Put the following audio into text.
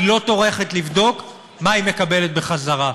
לא טורחת לבדוק מה היא מקבלת בחזרה,